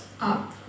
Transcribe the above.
up